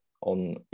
on